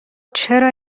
چرا